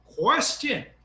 question